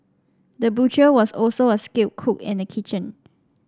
the butcher was also a skilled cook in the kitchen